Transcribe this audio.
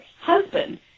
husband